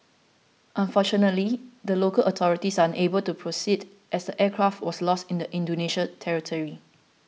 unfortunately the local authorities are unable to proceed as the aircraft was lost in Indonesia territory